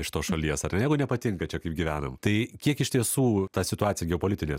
iš tos šalies ar ne jeigu nepatinka čia kaip gyvenam tai kiek iš tiesų ta situacija geopolitinė